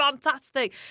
fantastic